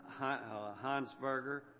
Hansberger